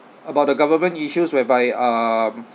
about the government issues whereby um